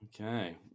Okay